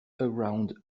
around